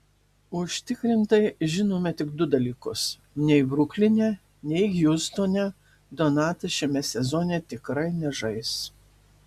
užtikrintai žinome tik du dalykus nei brukline nei hjustone donatas šiame sezone tikrai nežais